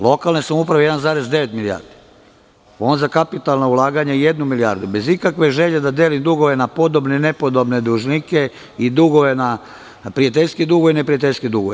Lokalne samouprave 1,9 milijardi, Fond za kapitalna ulaganju jednu milijardu, bez ikakve želje da delim dugove na podobne i nepodobne dužnike i na prijateljske i na neprijateljske dugove.